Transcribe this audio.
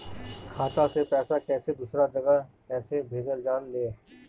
खाता से पैसा कैसे दूसरा जगह कैसे भेजल जा ले?